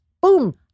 Boom